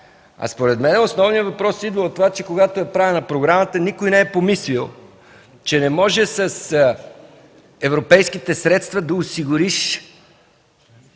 Според мен основният въпрос идва от това, че когато е направена програмата, никой не е помислил, че не може с европейските средства да осигуриш